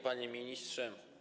Panie Ministrze!